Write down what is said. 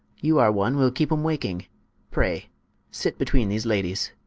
you are one will keepe em waking pray sit betweene these ladies